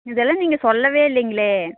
இதெல்லாம் நீங்கள் சொல்லவே இல்லைங்களே